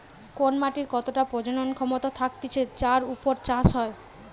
কোন মাটির কতটা প্রজনন ক্ষমতা থাকতিছে যার উপর চাষ হয়